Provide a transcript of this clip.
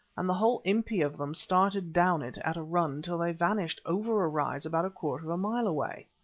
and the whole impi of them started down it at a run till they vanished over a rise about a quarter of a mile away.